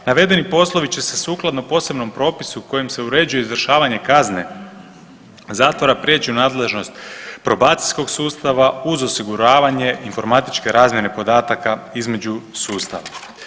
Navedeni poslovi će se sukladno posebnom propisu kojim se uređuje izvršavanje kazne zatvora prijeći u nadležnost probacijskog sustava uz osiguravanje informatičke razmjene podataka između sustava.